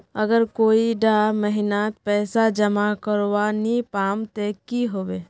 अगर कोई डा महीनात पैसा जमा करवा नी पाम ते की होबे?